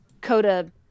Coda